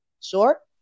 short